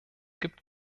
gibt